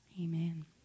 amen